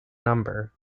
number